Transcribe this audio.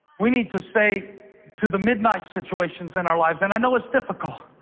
we need to say to the midnight situations in our lives. and i know it's difficult,